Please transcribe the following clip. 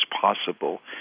possible